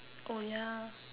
oh ya